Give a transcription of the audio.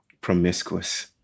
promiscuous